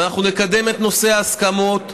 ואנחנו נקדם את נושא ההסכמות,